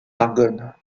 argonne